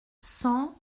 cent